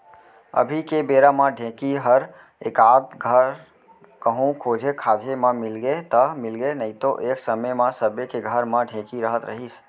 अभी के बेरा म ढेंकी हर एकाध धर कहूँ खोजे खाजे म मिलगे त मिलगे नइतो एक समे म सबे के घर म ढेंकी रहत रहिस